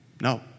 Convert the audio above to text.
No